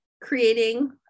creating